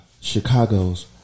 Chicago's